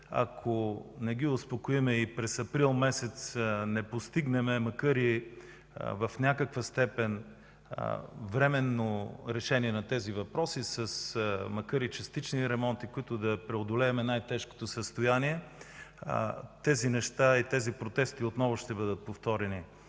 ако не ги успокоим и през април месец не постигнем макар и в някаква степен временно решение на тези въпроси, макар и с частични ремонти, с което да преодолеем най тежкото състояние, тези протести отново ще бъдат повторени.